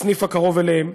בסניף הקרוב אליהם.